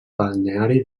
balneari